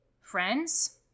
Friends